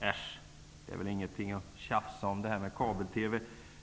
Äsch, det här med kabel TV är väl ingenting att tjafsa om.